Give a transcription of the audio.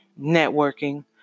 networking